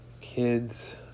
kids